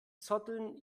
zotteln